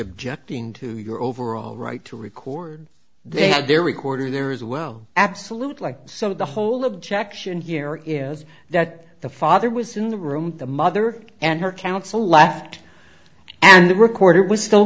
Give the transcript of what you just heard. objecting to your overall right to record they had their recorder there as well absolutely so the whole objection here is that the father was in the room the mother and her counsel left and the recorder was still